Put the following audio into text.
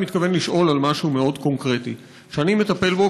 אני מתכוון לשאול על משהו מאוד קונקרטי שאני מטפל בו